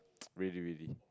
really really